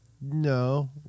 no